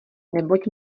neboť